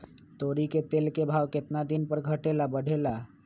तोरी के तेल के भाव केतना दिन पर घटे ला बढ़े ला?